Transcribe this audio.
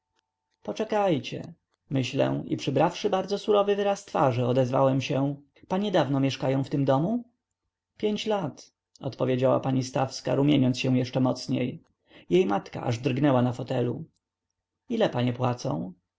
poczekajcie myślę i przybrawszy bardzo surowy wyraz twarzy odezwałem się panie dawno mieszkają w tym domu pięć lat odpowiada pani stawska rumieniąc się jeszcze mocniej jej matka aż drgnęła na fotelu ile panie płacą